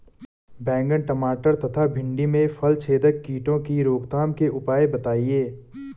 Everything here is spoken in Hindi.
बैंगन टमाटर तथा भिन्डी में फलछेदक कीटों की रोकथाम के उपाय बताइए?